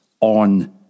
on